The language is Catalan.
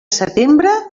setembre